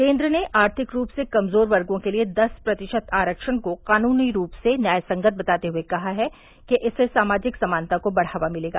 केन्द्र ने आर्थिक रूप से कमजोर वर्गों के लिए दस प्रतिशत आरक्षण को कानूनी रूप से न्याय संगत बताते हुए कहा है कि इससे सामाजिक समानता को बढ़ावा मिलेगा